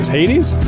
Hades